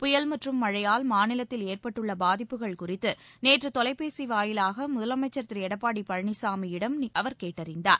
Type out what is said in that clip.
புயல் மற்றும் மழையால் மாநிலத்தில் ஏற்பட்டுள்ள பாதிப்புகள் குறிதது நேற்று தொலைபேசி வாயிலாக முதலமைச்சர் திரு எடப்பாடி பழனிசாமியிடம் நேற்று அவர் கேட்டறிந்தார்